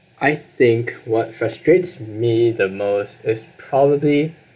I think what frustrates me the most is probably